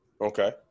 Okay